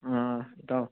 ꯏꯇꯥꯎ